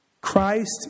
Christ